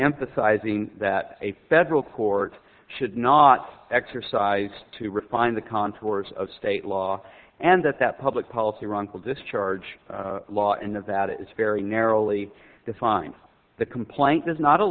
emphasizing that a federal court should not exercise to refine the contours of state law and that that public policy wrongful discharge law and of that it's very narrowly defined the complaint does not a